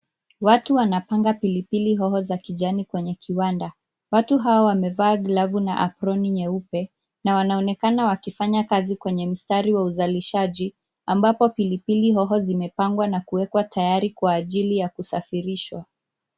Watu wanapanga pilipili hoho za kijani kwenye kiwanda. Watu hawa wamevaa glavu na aproni nyeupe na wanaonekana wakifanya kazi kwenye mstari wa uzalishaji ambapo pilipili hoho zimepangwa na kuwekwa tayari kwa ajili ya kusafirishwa.